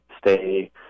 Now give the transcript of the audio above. stay